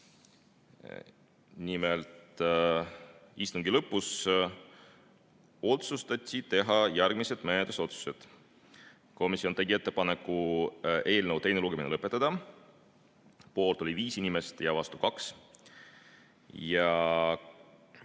Nimelt, istungi lõpus otsustati teha järgmised menetlusotsused. Komisjon tegi ettepaneku eelnõu teine lugemine lõpetada. Poolt oli 5 inimest ja vastu 2.